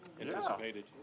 anticipated